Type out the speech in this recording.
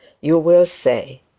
you will say.